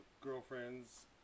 girlfriends